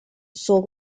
sont